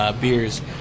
beers